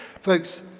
Folks